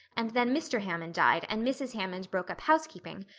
and then mr. hammond died and mrs. hammond broke up housekeeping.